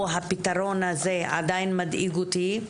או הפתרון הזה עדיין מדאיג אותי.